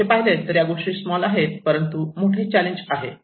तसे पाहिले तर् या गोष्टी स्मॉल आहेत परंतु मोठे चॅलेंज आहे